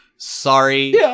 Sorry